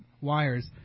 wires